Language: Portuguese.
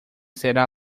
será